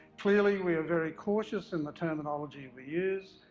clearly we are very cautious in the terminology we use,